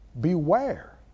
Beware